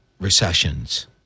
recessions